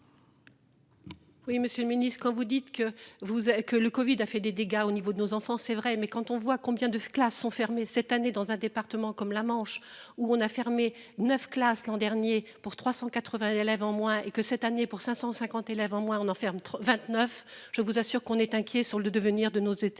Oui, monsieur le Ministre quand vous dites que vous que le Covid a fait des dégâts au niveau de nos enfants, c'est vrai, mais quand on voit combien de classes sont fermées. Cette année, dans un département comme la Manche, où on a fermé 9 classes. L'an dernier pour 380 élèves en moins et que cette année pour 550 élèves en moins on enferme 3 29, je vous assure qu'on est inquiet sur le devenir de nos